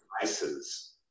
devices